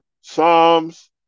Psalms